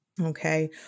Okay